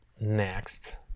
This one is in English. next